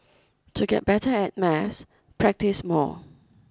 to get better at maths practise more